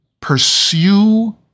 pursue